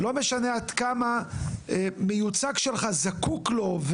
לא משנה עד כמה מיוצג שלך זקוק לו,